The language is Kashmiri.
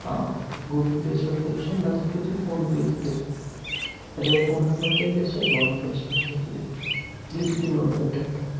آ گوٗگل پییس پٮ۪ٹھ کٔرِو سیٚنٛڈ نَتہٕ ہٮ۪کِو تُہۍ فون پے تہِ کٔرِتھ اگر ایکاونٛٹ نمبر تۄہہِ گژھِ ایکاونٛٹ نمرس پٮ۪ٹھ تہِ ہیٚکِو تُہۍ کٔرِتھ لٮ۪کھِو تُہۍ میون کَنٹیکٹ